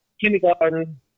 kindergarten